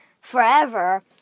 forever